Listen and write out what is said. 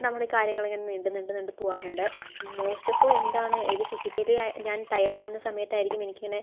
നമ്മുടെ ഈ കാര്യങ്ങൾ ഇങ്ങനെ നീണ്ട് നീണ്ട് നീണ്ട് പോവാറുണ്ട് മോസ്റ്റ് ഓഫ് ഓൾ എന്താണ് ഒരു ഫിസിക്കലി ഞാൻ ടയേർഡ് ആവുന്ന സമയത്തായിരിക്കും എനിക്കിങ്ങനെ